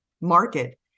market